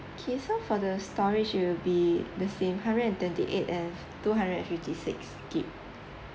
okay so for the storage it'll be the same hundred and twenty-eight and two hundred and fifty-six gig~